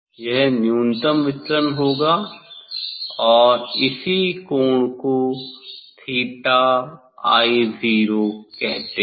यह न्यूनतम विचलन होगा और इसी कोण को थीटा आई जीरो 𝚹i0 कहते हैं